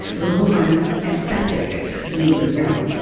there was a whole kind of aesthetic view of young.